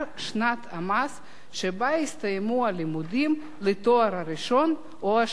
המס שבה הסתיימו הלימודים לתואר הראשון או השני.